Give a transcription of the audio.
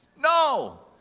no!